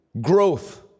Growth